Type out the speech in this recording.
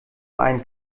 einen